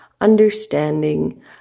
understanding